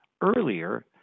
earlier